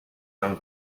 young